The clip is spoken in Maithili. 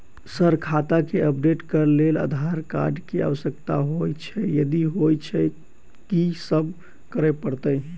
सर खाता केँ अपडेट करऽ लेल आधार कार्ड केँ आवश्यकता होइ छैय यदि होइ छैथ की सब करैपरतैय?